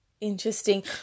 interesting